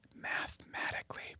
mathematically